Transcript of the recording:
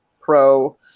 pro